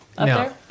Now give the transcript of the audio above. No